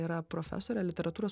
yra profesorė literatūros